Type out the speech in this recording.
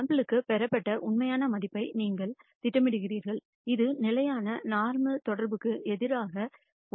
sample க்கு பெறப்பட்ட உண்மையான மதிப்பை நீங்கள் திட்டமிடுகிறீர்கள் இது நோர்மல் தொடர்புக்கு எதிராக 1